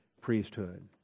priesthood